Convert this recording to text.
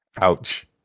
Ouch